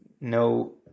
no